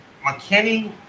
McKinney